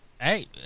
Hey